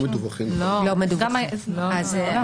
מרבית